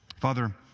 Father